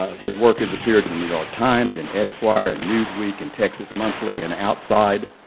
his work has appeared in the new york times, in esquire, in newsweek, and texas monthly, and outside,